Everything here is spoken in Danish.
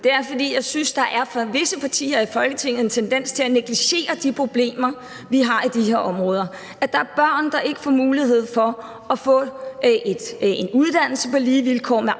er, at jeg synes, at der i visse partier i Folketinget er en tendens til at negligere de problemer, vi har i de her områder. Der er børn, der ikke får mulighed for at få en uddannelse på lige vilkår med